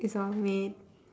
it's all made